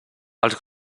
els